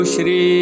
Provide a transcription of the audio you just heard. Shri